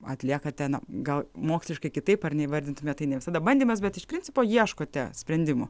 atliekate na gal moksliškai kitaip ar ne įvardytume tai ne visada bandymas bet iš principo ieškote sprendimų